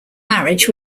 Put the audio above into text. marriage